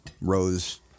rose